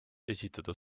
esitada